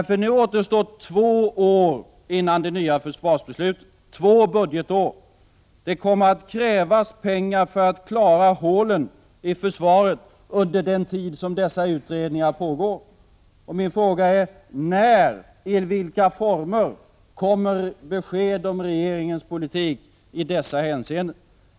För nu återstår två år innan det nya försvarsbeslutet skall fattas, två budgetår. Det kommer att krävas pengar för att klara hålen i försvarsbudgeten under den tid som dessa utredningar pågår. Min fråga är: När och i vilka former kommer besked om regeringens politik i dessa hänseenden?